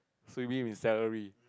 so you beat him in salary